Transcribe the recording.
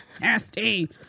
Nasty